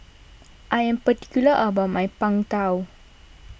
I am particular about my Png Tao